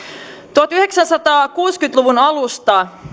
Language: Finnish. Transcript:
tuhatyhdeksänsataakuusikymmentä luvun alusta